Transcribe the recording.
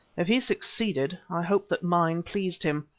if he succeeded, i hope that mine pleased him.